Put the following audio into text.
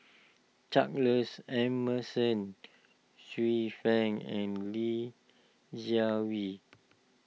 Charles Emmerson Xiu Fang and Li Jiawei